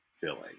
filling